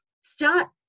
start